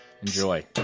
Enjoy